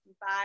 Bye